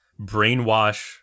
brainwash